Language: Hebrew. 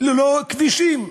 ללא כבישים.